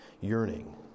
yearning